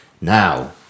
Now